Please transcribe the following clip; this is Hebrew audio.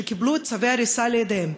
שקיבלו צווי הריסה לידיהן.